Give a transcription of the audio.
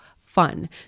fun